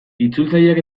itzultzaileak